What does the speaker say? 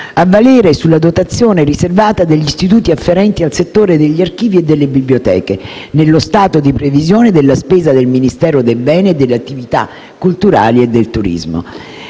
a valere sulla dotazione riservata degli istituti afferenti al settore degli archivi e delle biblioteche, nello stato di previsione della spesa del Ministero dei beni e delle attività culturali e del turismo.